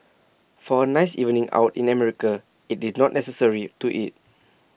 for A nice evening out in America IT is not necessary to eat